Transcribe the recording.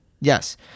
Yes